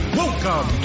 welcome